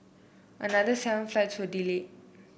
another seven flights were delayed